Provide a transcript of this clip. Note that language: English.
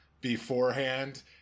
beforehand